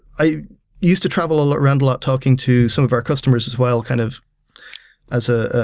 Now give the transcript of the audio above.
i used to travel around a lot talking to some of our customers as well, kind of as a